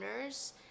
owners